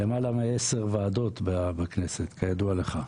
--- שלמעלה מ-10 ועדות בכנסת, כידוע לך.